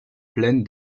plaines